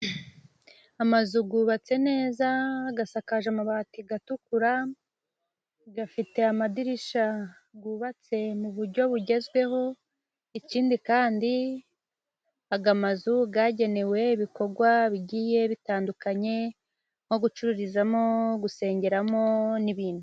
Amazu yubatswe neza, asakaje amabati atukura, afite amadirishya yubatswe mu buryo bugezweho, ikindi kandi aya mazu yagenewe ibikorwa bigiye bitandukanye nko gucururizamo, gusengeramo n'ibindi.